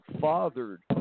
fathered